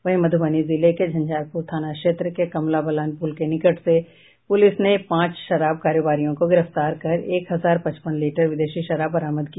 वहीं मधुबनी जिले के झंझारपुर थाना क्षेत्र के कमलाबलान पुल के निकट से पुलिस ने पांच शराब कारोबारियों को गिरफ्तार कर एक हजार पचपन लीटर विदेशी शराब बरामद की